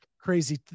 crazy